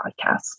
podcast